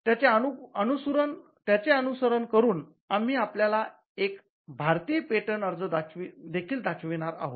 त्याचे अनुसरण करून आम्ही आपल्याला एक भारतीय पेटंट अर्ज देखील दाखविणार आहोत